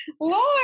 lord